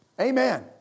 Amen